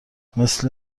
مثه